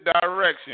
direction